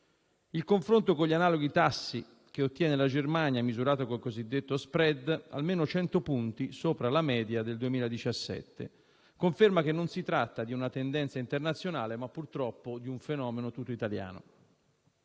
il confronto con gli analoghi tassi che ottiene la Germania, misurato con il cosiddetto *spread*, almeno 100 punti sopra la media del 2017, conferma che non si tratta di una tendenza internazionale ma di un fenomeno tutto italiano;